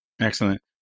Excellent